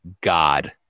God